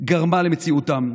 גרמו למציאותם.